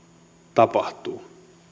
tapahtuu